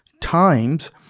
times